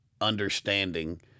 understanding